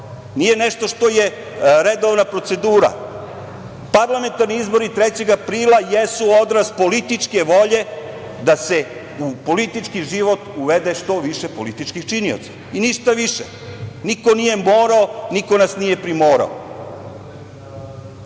nije nešto što je redovna procedura, parlamentarni izbori 3. aprila jesu odraz političke volje da se u politički život uvede što više političkih činioca i ništa više. Niko nije morao, niko nas nije primorao. Naravno,